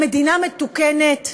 במדינה מתוקנת,